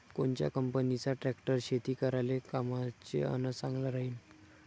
कोनच्या कंपनीचा ट्रॅक्टर शेती करायले कामाचे अन चांगला राहीनं?